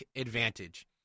advantage